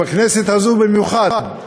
בכנסת הזאת במיוחד.